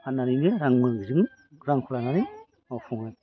फाननानैनो रां मोनो बेजोंनो रांखौ लानानै मावफुङो